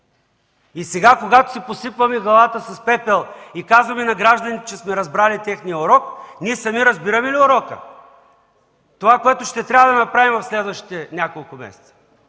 Сега, когато си посипваме главата с пепел и казваме на гражданите, че сме разбрали техния урок, ние сами разбираме ли урока, това, което ще трябва да направим в следващите няколко месеца